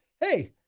hey